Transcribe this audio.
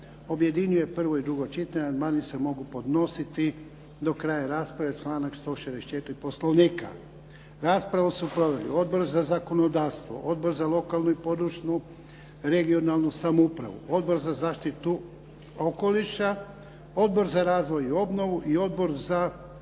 objedinjuje prvo i drugo čitanje. Amandmani se mogu podnositi do kraja rasprave članak 164. Poslovnika. Raspravu su proveli Odbor za zakonodavstvo, Odbor za lokalnu i područnu (regionalnu) samoupravu, Odbor za zaštitu okoliša, Odbor za razvoj i obnovu i Odbor za